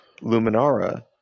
Luminara